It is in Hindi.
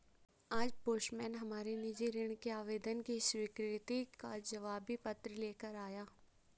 आज पोस्टमैन हमारे निजी ऋण के आवेदन की स्वीकृति का जवाबी पत्र ले कर आया